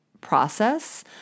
process